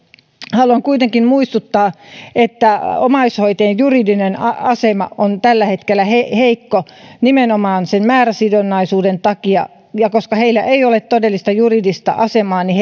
haluan kuitenkin muistuttaa että omaishoitajien juridinen asema on tällä hetkellä heikko nimenomaan sen määräsidonnaisuuden takia ja koska heillä ei ole todellista juridista asemaa niin